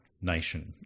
nation